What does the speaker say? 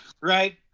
Right